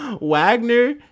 Wagner